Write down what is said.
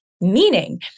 meaning